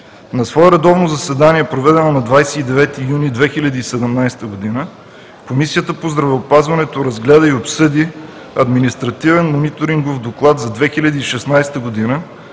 На свое редовно заседание, проведено на 29 юни 2017 г., Комисията по здравеопазването разгледа и обсъди Административен мониторингов доклад за 2016 г. за